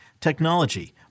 technology